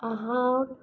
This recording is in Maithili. अहाँ